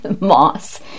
moss